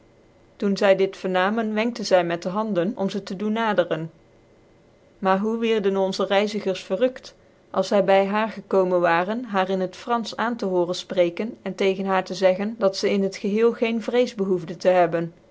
toen zy dit vernamen wenkte zy met de handen om ze te doen naderen maar hoe wierden onze reizigers verrukt ah zy by ha r gekomen waren haar in hec franfch aan tc horen fprecken en tegen haar tc zeggen dat zc in het geheel geen vrees behoctdc tc hebben